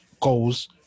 goals